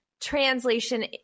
translation